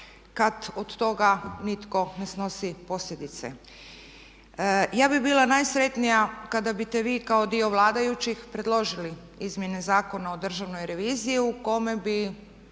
kad od toga nitko ne snosi posljedice. Ja bih bila najsretnija kada biste vi kao dio vladajućih predložili izmjene Zakona o Državnoj reviziji u kojem bi